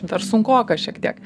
dar sunkoka šiek tiek